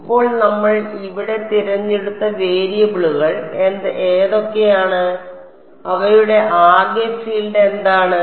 ഇപ്പോൾ നമ്മൾ ഇവിടെ തിരഞ്ഞെടുത്ത വേരിയബിളുകൾ ഏതൊക്കെയാണ് അവയുടെ ആകെ ഫീൽഡ് എന്താണ്